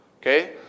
okay